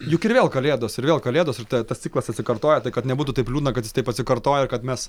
juk ir vėl kalėdos ir vėl kalėdos ir tas ciklas atsikartoja tai kad nebūtų taip liūdna kad jis taip atsikartoja ir kad mes